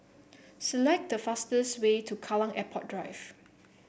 select the fastest way to Kallang Airport Drive